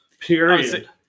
Period